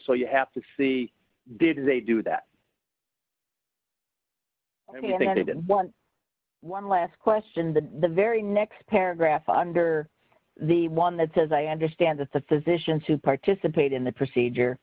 so you have to see did they do that i mean if they didn't want one last question the the very next paragraph under the one that says i understand that the physicians who participate in the procedure